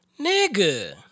Nigga